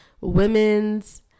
women's